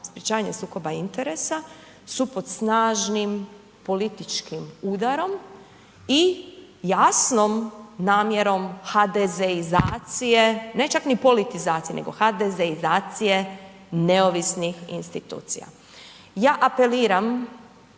sprječavanje sukoba interesa su pod snažnim političkim udarom i jasnom namjerom HDZ-izacije ne čak ni politizacije, nego HDZ-izacije neovisnih institucija. Ja apeliram